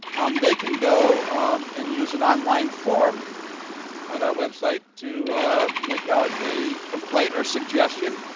um they can go and use an online forum at our website to make out a complaint or a suggestion,